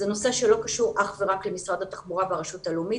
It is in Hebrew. זה נושא שלא קשור אך ורק למשרד התחבורה והרשות הלאומית,